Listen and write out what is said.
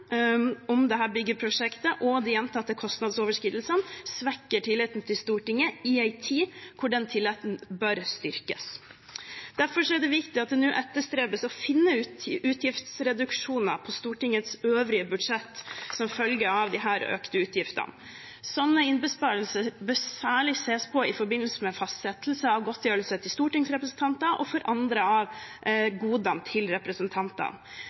byggeprosjektet og de gjentatte kostnadsoverskridelsene svekker tilliten til Stortinget i en tid da tilliten bør styrkes. Derfor er det viktig at det nå etterstrebes å finne utgiftsreduksjoner i Stortingets øvrige budsjetter som følge av disse økte utgiftene. Slike innsparinger bør særlig ses på i forbindelse med fastsettelse av godtgjørelse til stortingsrepresentanter og de andre godene representantene